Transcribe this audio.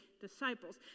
disciples